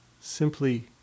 simply